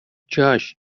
جاش